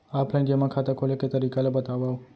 Offline जेमा खाता खोले के तरीका ल बतावव?